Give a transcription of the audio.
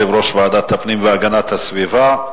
יושב-ראש ועדת הפנים והגנת הסביבה.